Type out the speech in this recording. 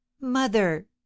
Mother